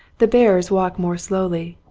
the bearers walk more slowly,